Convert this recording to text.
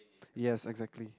yes exactly